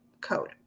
code